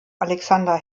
alexander